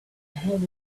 heavy